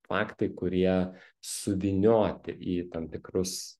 faktai kurie suvynioti į tam tikrus